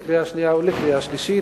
לקריאה שנייה ולקריאה שלישית,